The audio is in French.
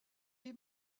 est